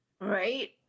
right